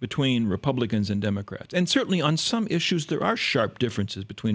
between republicans and democrats and certainly on some issues there are sharp differences between